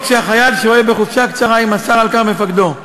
או כשהחייל שוהה בחופשה קצרה אם אסר על כך מפקדו.